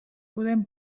podem